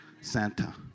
Santa